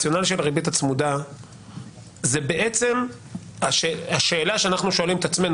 הריבית הצמודה זאת בעצם השאלה שאנחנו שואלים את עצמנו.